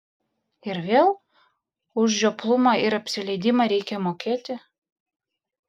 ir vėl už žioplumą ir apsileidimą reikia mokėti